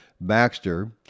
Baxter